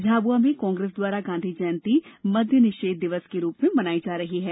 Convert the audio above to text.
झाबुआ में कांग्रेस द्वारा गांधी जयंती मद्य निषेध दिवस के रूप में मनाई जा रही है